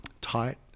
tight